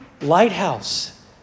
lighthouse